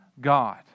God